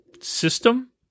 system